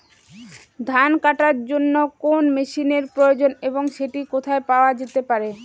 ধান কাটার জন্য কোন মেশিনের প্রয়োজন এবং সেটি কোথায় পাওয়া যেতে পারে?